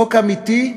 חוק אמיתי,